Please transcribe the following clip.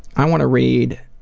i want to read